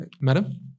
Madam